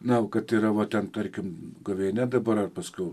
na kad yra va ten tarkim gavėnia dabar ar paskui